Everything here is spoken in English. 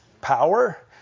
power